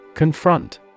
Confront